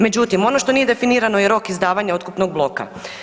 Međutim, ono što nije definirano je rok izdavanja otkupnog bloka.